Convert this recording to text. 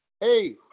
Hey